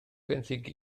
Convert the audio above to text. benthyg